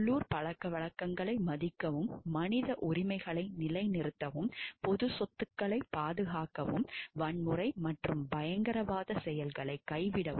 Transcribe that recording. உள்ளூர் பழக்கவழக்கங்களை மதிக்கவும் மனித உரிமைகளை நிலைநிறுத்தவும் பொது சொத்துக்களை பாதுகாக்கவும் வன்முறை மற்றும் பயங்கரவாத செயல்களை கைவிடவும்